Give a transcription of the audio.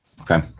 Okay